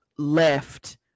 Left